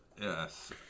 yes